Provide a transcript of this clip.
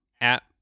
app